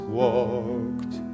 walked